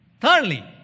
Thirdly